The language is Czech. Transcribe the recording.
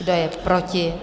Kdo je proti?